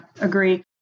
agree